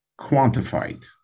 quantified